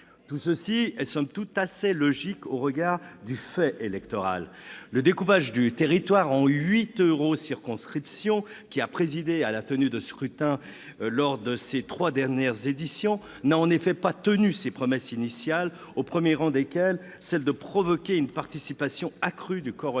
Tout cela est, somme toute, assez logique au regard du fait électoral. Le découpage du territoire national en huit eurocirconscriptions, qui a présidé à la tenue de ce scrutin en France lors de ses trois dernières éditions, n'a en effet pas tenu ses promesses initiales, au premier rang desquelles celle de provoquer une participation accrue du corps